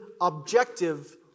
objective